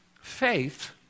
Faith